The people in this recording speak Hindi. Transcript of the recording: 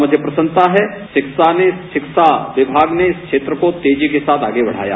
मुझे प्रसन्नता है कि शिक्षा विभाग में शिक्षकों को तेजी के साथ आगे बढ़ाया